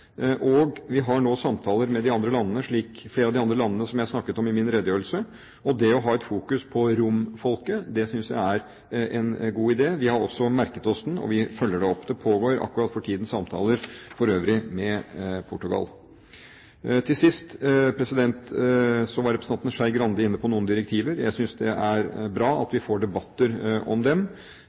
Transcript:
Vi har nå samtaler med flere av de andre landene som jeg snakket om i min redegjørelse. Det å ha et fokus på romfolket synes jeg er en god idé. Vi har også merket oss den, og vi følger det opp. Det pågår akkurat for tiden for øvrig samtaler med Portugal. Til sist: Representanten Skei Grande var inne på noe om direktiver. Jeg synes det er bra at vi får debatter om dem.